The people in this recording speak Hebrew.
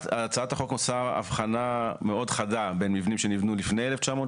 הצעת החוק עושה הבחנה מאוד חדה בין מבנים שנבנו לפני 1980